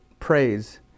praise